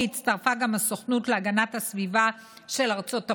הצטרפה הסוכנות להגנת הסביבה של ארצות הברית,